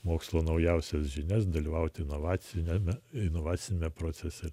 mokslo naujausias žinias dalyvauti inovaciniame inovaciniame procese